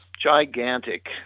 gigantic